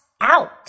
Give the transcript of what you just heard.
out